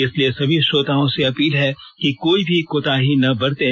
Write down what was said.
इसलिए सभी श्रोताओं से अपील है कि कोई भी कोताही ना बरतें